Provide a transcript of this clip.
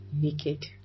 naked